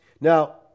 Now